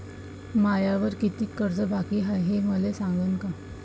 मायावर कितीक कर्ज बाकी हाय, हे मले सांगान का?